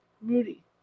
Moody